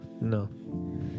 No